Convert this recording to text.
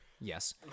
yes